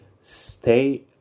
stay